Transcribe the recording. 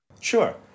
Sure